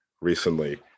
recently